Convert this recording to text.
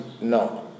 no